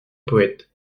poète